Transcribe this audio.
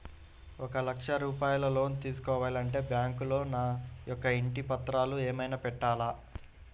ఒక లక్ష రూపాయలు లోన్ తీసుకోవాలి అంటే బ్యాంకులో నా యొక్క ఇంటి పత్రాలు ఏమైనా పెట్టాలా?